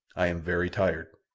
i am very tired.